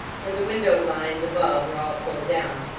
and the window-blinds above were all pulled down,